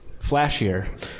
flashier